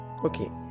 Okay